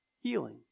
healing